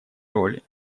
роли